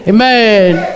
Amen